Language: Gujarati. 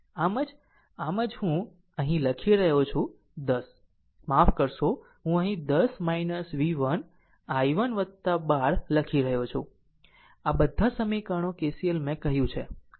આમ આમ જ હું અહીં લખી રહ્યો છું 10 માફ કરશો હું અહીં 10 v1 i1 12 લખી રહ્યો છું આ બધા સમીકરણો KCL મેં કહ્યું છે